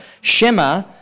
Shema